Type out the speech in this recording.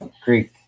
Greek